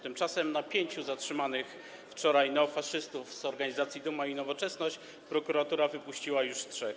Tymczasem na pięciu zatrzymanych wczoraj neofaszystów z organizacji Duma i Nowoczesność prokuratura wypuściła już trzech.